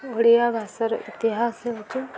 ଓଡ଼ିଆ ଭାଷାର ଇତିହାସ ହେଉଛି